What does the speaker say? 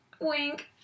Wink